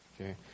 okay